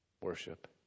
worship